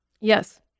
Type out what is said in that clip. Yes